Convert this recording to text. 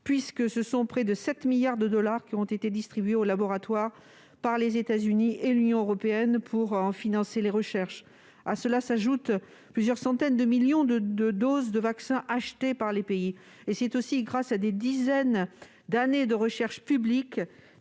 puisque près de 7 milliards de dollars ont été distribués aux laboratoires par les États-Unis et l'Union européenne pour financer la recherche. À cela s'ajoutent plusieurs centaines de millions de doses de vaccins achetées par les pays. Et c'est aussi grâce à des dizaines d'années de recherche publique,